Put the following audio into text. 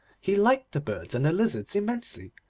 he liked the birds and the lizards immensely,